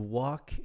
walk